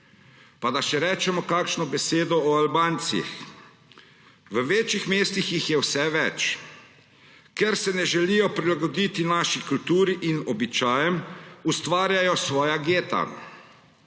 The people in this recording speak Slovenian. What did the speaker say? Pa da rečemo kakšno besedo še o Albancih. V večjih mestih jih je vse več. Ker se ne želijo prilagoditi naši kulturi in običajem, ustvarjajo svoje gete,